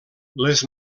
les